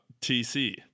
TC